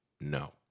no